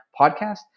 podcast